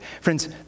Friends